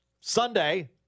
Sunday